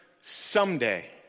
someday